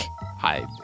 Hi